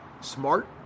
smart